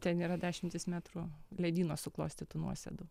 ten yra dešimtys metrų ledyno suklostytų nuosėdų